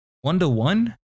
One-to-one